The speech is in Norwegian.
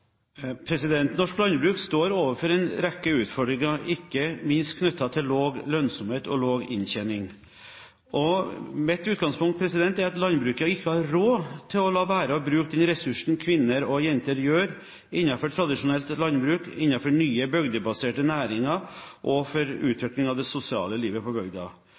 kjønnsbalansen?» Norsk landbruk står overfor en rekke utfordringer, ikke minst knyttet til lav lønnsomhet og lav inntjening. Mitt utgangspunkt er at landbruket ikke har råd til å la være å bruke den ressursen kvinner og jenter utgjør innenfor tradisjonelt landbruk, innenfor nye, bygdebaserte næringer og for utvikling av det sosiale livet